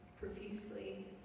profusely